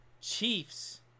Chiefs